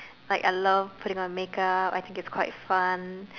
like I love putting on makeup I think it's quite fun